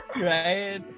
right